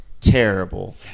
terrible